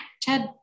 Chad